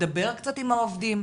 מדבר קצת עם העובדים,